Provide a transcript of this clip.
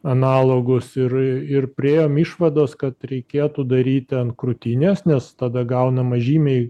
analogus ir ir priėjom išvados kad reikėtų daryti ant krūtinės nes tada gaunama žymiai